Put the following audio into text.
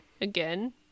again